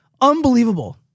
Unbelievable